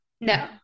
No